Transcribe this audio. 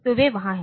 तो वे वहाँ हैं